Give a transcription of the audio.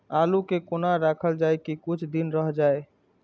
आलू के कोना राखल जाय की कुछ दिन रह जाय?